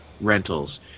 rentals